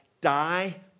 die